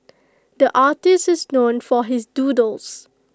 the artist is known for his doodles